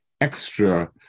extra